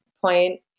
point